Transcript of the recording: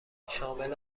شامل